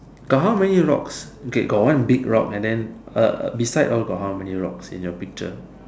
got how many rocks okay got one big rock and then uh beside all got how many rocks in your picture